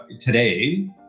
today